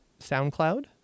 SoundCloud